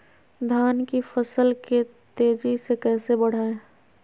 धान की फसल के तेजी से कैसे बढ़ाएं?